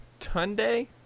Tunde